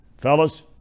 Fellas